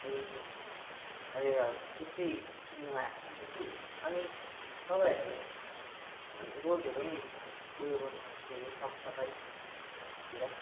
ए ए हजुर त्यस्तै सुन्नुमा आएको थियो नि त कि अनि तपाईँहरूले रोडहरू पनि उयो गर्नुभएको थियो अरे साफ सफाई अस्तितिर